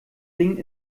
ding